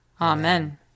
Amen